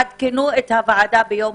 האוצר והר"י מתבקשים לעדכן את הוועדה ביום